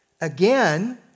Again